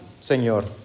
Señor